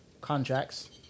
contracts